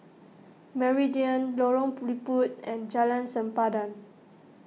Meridian Lorong Liput and Jalan Sempadan